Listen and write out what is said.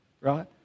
right